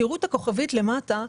תראו אתה כוכבית למטה.